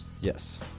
Yes